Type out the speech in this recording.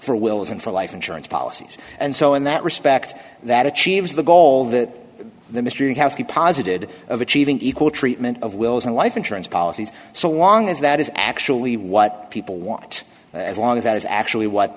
for wills and for life insurance policies and so in that respect that achieves the goal that the mystery house the positive of achieving equal treatment of wills and life insurance policies so long as that is actually what people want as long as that is actually what